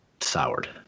soured